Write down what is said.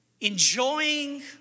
enjoying